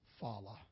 follow